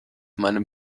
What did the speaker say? meinem